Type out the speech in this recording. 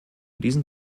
diesen